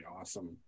awesome